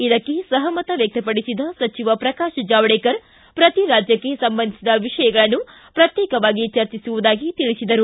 ಇದಕ್ಕೆ ಸಹಮತ ವ್ಯಕ್ತಪಡಿಸಿದ ಸಚಿವ ಪ್ರಕಾಶ ಜಾವಡೇಕರ್ ಪ್ರತಿ ರಾಜ್ಯಕ್ಷೆ ಸಂಬಂಧಿಸಿದ ವಿಷಯಗಳನ್ನು ಪ್ರತ್ಯೇಕವಾಗಿ ಚರ್ಚಿಸುವುದಾಗಿ ತಿಳಿಸಿದರು